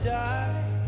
die